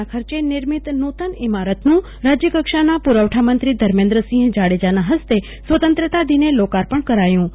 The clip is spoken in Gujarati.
ના ખર્ચે નિર્મિત નુતન ઈમારતનું રાજ્ય કક્ષાના પુરવઠા મંત્રી ધર્મેન્દ્રસિંહ જાડેજાના હસ્તે સ્વતંત્રતા દિવસે લોકાર્પણ કરાયું હતું